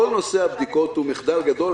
כל נושא הבדיקות הוא מחדל גדול.